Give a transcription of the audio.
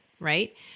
right